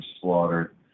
slaughtered